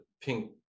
pink